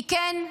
כי כן,